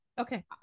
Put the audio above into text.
okay